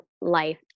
life